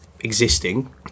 existing